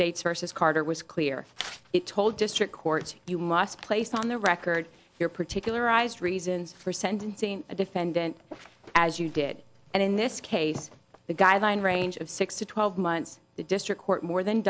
states versus carter was clear it told district court you must place on the record your particularized reasons for sentencing a defendant as you did and in this case the guideline range of six to twelve months the district court more than